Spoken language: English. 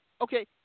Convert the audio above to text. Okay